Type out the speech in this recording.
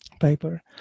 paper